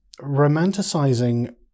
romanticizing